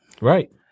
Right